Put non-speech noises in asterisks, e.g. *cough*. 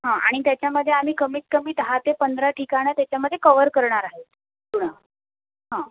हा आणि त्याच्यामध्ये आम्ही कमीत कमी दहा ते पंधरा ठिकाणं त्याच्यामध्ये कवर करणार आहे *unintelligible* हा